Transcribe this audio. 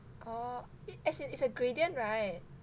oh as in it is a gradient [right]